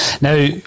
Now